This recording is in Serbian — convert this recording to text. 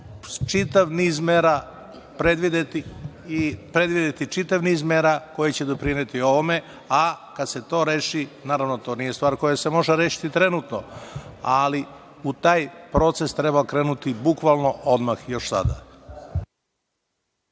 čitav niz mera predvideti koje će doprineti ovome, a kada se to reši, naravno, to nije stvar koja se može rešiti trenutno, ali u taj proces treba krenuti bukvalno odmah, još sada.